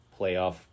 playoff